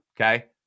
okay